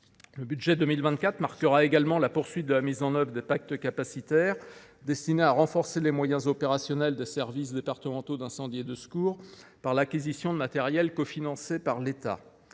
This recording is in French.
Le budget 2024 marquera également la poursuite de la mise en œuvre des pactes capacitaires, destinés à renforcer les moyens opérationnels des services départementaux d’incendie et de secours (Sdis) par l’acquisition de matériels cofinancés par l’État.